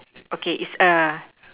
okay is err